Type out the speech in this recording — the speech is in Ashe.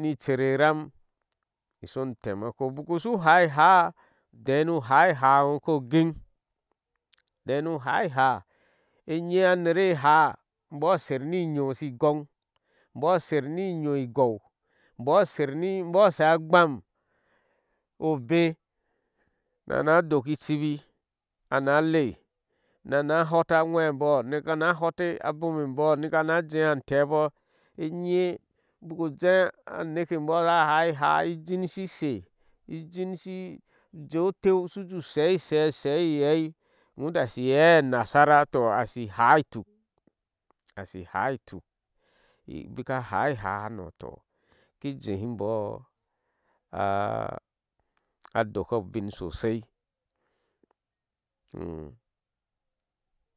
ni icer eiram isnu u taimako ubaku ushu hai háá udɛɛ na whai-iláá e ngo kogin dɛɛn nu hai-láá enye anere háá ngɔɔ a sherni inyoh shi goŋ nbɔɔr asher ni inyoh e igou nbɔɔr sher ni nbɔɔr asha agbam e obɛɛ nina doki ichibi na leei nana hoto ajwei embɔɔr naka na hoto a bogwe bɔɔr na na jehaa an tehboor enye ubaky jeh aneke boor asha hai-uhaa ijn shi she ujeh oteu ushujeh uju she ishe e eheei wota ashi eheei a nasara toh ashi haá ituk, ashi haa ituk bika lai-ilaa toh iki jehi nboh a doko bin sosai.